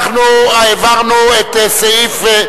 אנחנו העברנו את סעיף,